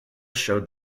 showed